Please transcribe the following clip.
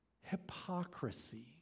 hypocrisy